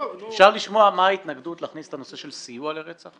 אפשר לשמוע מה ההתנגדות להכניס את הנושא של סיוע לרצח?